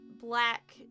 black